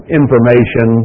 information